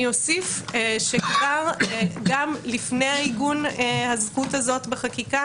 אוסיף שגם לפני עיגון הזכות הזאת בחקיקה